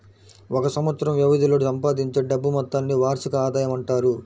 ఒక సంవత్సరం వ్యవధిలో సంపాదించే డబ్బు మొత్తాన్ని వార్షిక ఆదాయం అంటారు